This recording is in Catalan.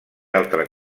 altre